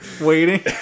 waiting